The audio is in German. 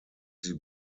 sie